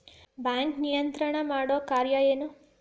Bank ನಿಯಂತ್ರಣ ಮಾಡೊ ಕಾರ್ಣಾ ಎನು?